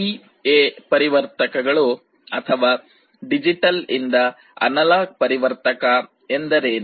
DA ಪರಿವರ್ತಕಗಳುDA converter ಅಥವಾ digital ಇಂದ ಅನಲಾಗ್ ಪರಿವರ್ತಕ ಎಂದರೇನು